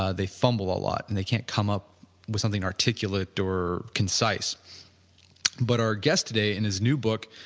ah they fumble a lot and they can't come up with something articulate or concise but our guest today in his new book,